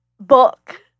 book